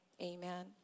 amen